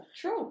True